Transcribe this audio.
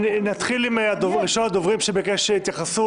נתחיל עם שאר הדוברים שביקשו להתייחס.